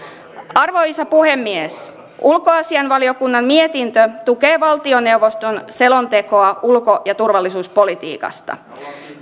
arvoisa puhemies ulkoasiainvaliokunnan mietintö tukee valtioneuvoston selontekoa ulko ja turvallisuuspolitiikasta